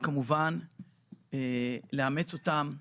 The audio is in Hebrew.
אני כמובן מאמץ אחד